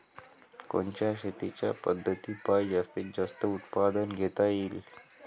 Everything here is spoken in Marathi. कोनच्या शेतीच्या पद्धतीपायी जास्तीत जास्त उत्पादन घेता येईल?